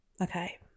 Okay